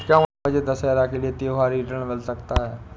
क्या मुझे दशहरा के लिए त्योहारी ऋण मिल सकता है?